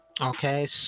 Okay